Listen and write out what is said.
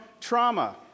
trauma